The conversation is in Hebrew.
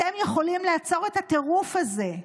אתם יכולים לעצור את הטירוף הזה.